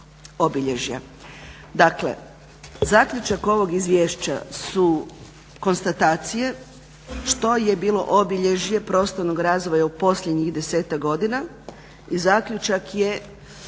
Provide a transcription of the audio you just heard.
Dakle, zaključak ovog izvješća su konstatacije što je bilo obilježje prostornog razvoja u posljednjih 10-tak godina i zaključak je